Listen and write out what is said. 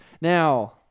Now